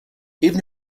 even